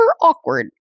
awkward